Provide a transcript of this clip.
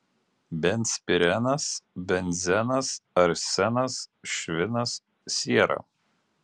benzpirenas benzenas arsenas švinas siera